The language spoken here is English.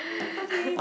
okay